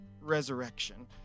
resurrection